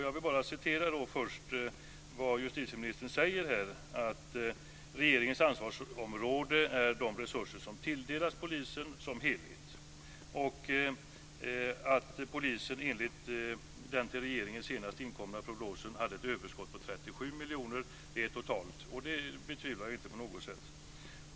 Jag vill först bara upprepa vad justitieministern säger i svaret, nämligen att regeringens ansvarsområde är de resurser som tilldelas polisen som helhet samt att polisen enligt den till regeringen senast inkomna prognosen hade ett överskott på 37 miljoner totalt. Det betvivlar jag inte på något sätt.